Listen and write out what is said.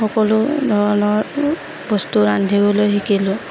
সকলো ধৰণৰ বস্তু ৰান্ধিবলৈ শিকিলোঁ